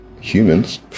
humans